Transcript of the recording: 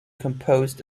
composed